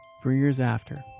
for years after,